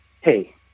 Hey